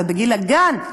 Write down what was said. ובגיל הגן,